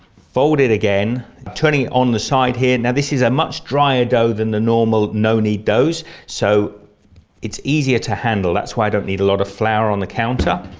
fold it again turning on the side here. now this is a much drier dough than the normal no knead doughs so it's easier to handle. that's why i don't need a lot of flour on the counter,